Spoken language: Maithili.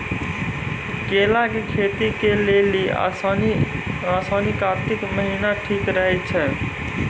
केला के खेती के लेली आसिन कातिक महीना ठीक रहै छै